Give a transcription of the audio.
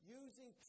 using